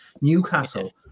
newcastle